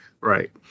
Right